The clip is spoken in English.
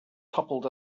toppled